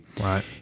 Right